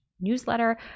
newsletter